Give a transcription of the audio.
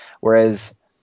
Whereas